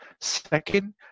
Second